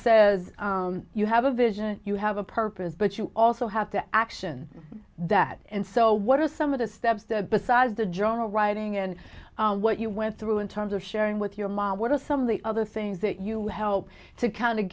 says you have a vision you have a purpose but you also have to action that and so what are some of the steps that besides the journal writing and what you went through in terms of sharing with your mom what are some of the other things that you helped to